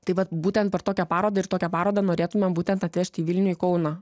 tai vat būtent per tokią parodą ir tokią parodą norėtumėm būtent atvežti į vilnių į kauną